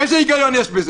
איזה היגיון יש בזה?